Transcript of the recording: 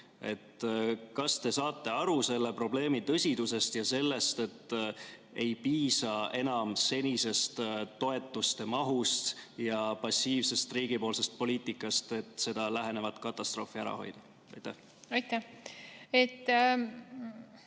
Kas te saate aru selle probleemi tõsidusest ja sellest, et ei piisa enam senisest toetuste mahust ja riigi passiivsest poliitikast, et lähenevat katastroofi ära hoida?